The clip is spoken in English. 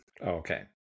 Okay